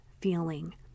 feeling